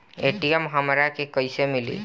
ATM हमरा के कइसे मिली?